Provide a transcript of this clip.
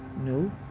No